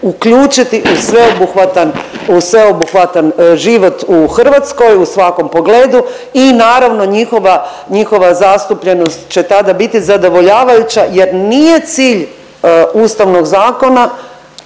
u sveobuhvatan život u Hrvatskoj u svakom pogledu i naravno njihova, njihova zastupljenost će tada biti zadovoljavajuća jer nije cilj Ustavnog zakona,